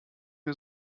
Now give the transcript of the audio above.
wir